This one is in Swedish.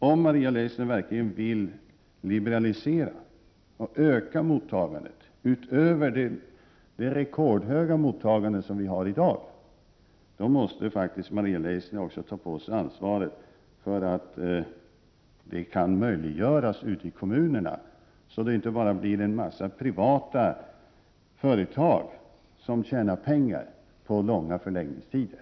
Om Maria Leissner verkligen vill liberalisera och öka mottagandet utöver det rekordhöga mottagande som vi har i dag måste Maria Leissner också ta på sig ansvaret för att detta kan möjliggöras även ute i kommunerna. Det får inte bara bli en mängd privata företag som tjänar pengar på långa förläggningstider.